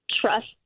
trust